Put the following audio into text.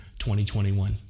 2021